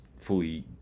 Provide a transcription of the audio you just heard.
fully